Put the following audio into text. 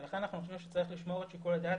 לכן אנחנו חושבים שצריך לשמור את שיקול הדעת